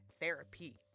therapy